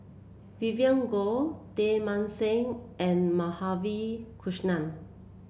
Vivien Goh Teng Mah Seng and Madhavi Krishnan